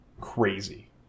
crazy